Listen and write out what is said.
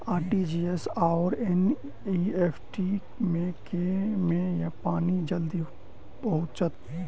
RTGS आओर NEFT मे केँ मे पानि जल्दी पहुँचत